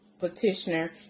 petitioner